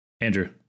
andrew